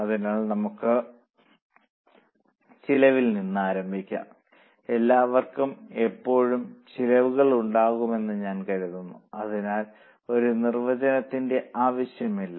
അതിനാൽ നമുക്ക് ചിലവിൽ നിന്ന് ആരംഭിക്കാം എല്ലാവർക്കും എപ്പോഴും ചെലവുകൾ ഉണ്ടാകുമെന്ന് ഞാൻ കരുതുന്നു അതിനാൽ ഒരു നിർവചനത്തിന്റെ ആവശ്യമില്ല